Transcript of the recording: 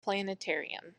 planetarium